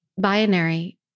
binary